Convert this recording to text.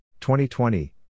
2020